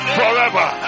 forever